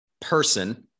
person